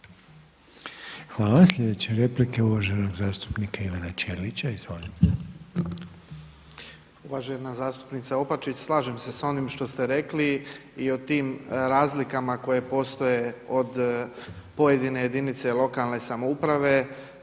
Hvala. Sljedeća je replika uvaženog zastupnika Ivana Ćelića. Izvolite. **Ćelić, Ivan (HDZ)** Uvažena zastupnice Opačić. Slažem se s onim što ste rekli i o tim razlikama koje postoje od pojedine jedinica lokalne samouprave,